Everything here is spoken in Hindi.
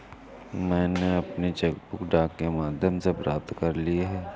मैनें अपनी चेक बुक डाक के माध्यम से प्राप्त कर ली है